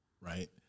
right